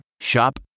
Shop